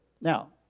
Now